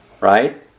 right